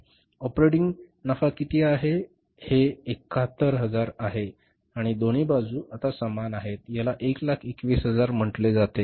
operating नफा किती आहे हे 71000 आहे आणि दोन्ही बाजू आता समान आहेत याला 121000 म्हटले जाते